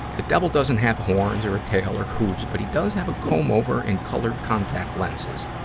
the devil doesn't have horns or a tail or hooves, but he does have a comb-over and colored contact lenses.